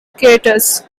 craters